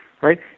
right